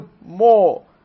more